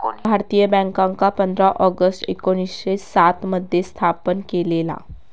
भारतीय बॅन्कांका पंधरा ऑगस्ट एकोणीसशे सात मध्ये स्थापन केलेला